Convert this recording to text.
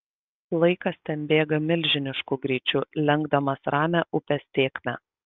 laikas ten bėga milžinišku greičiu lenkdamas ramią upės tėkmę